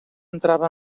entrava